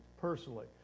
personally